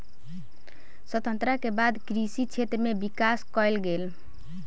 स्वतंत्रता के बाद कृषि क्षेत्र में विकास कएल गेल